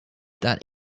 that